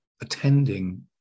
attending